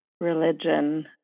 religion